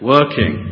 Working